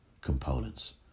components